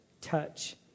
touch